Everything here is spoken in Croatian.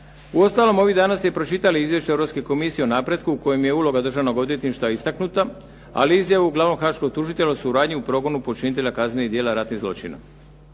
Uostalom ovih dana ste i pročitali izvješće Europske komisije o napretku u kojem je uloga Državnog odvjetništva istaknuta, ali i izjavu glavnog haškog tužitelja o suradnji u progonu počinitelja kaznenih djela ratnih zločina.